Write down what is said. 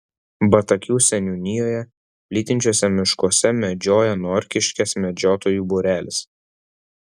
batakių seniūnijoje plytinčiuose miškuose medžioja norkiškės medžiotojų būrelis